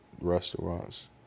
restaurants